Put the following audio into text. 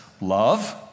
love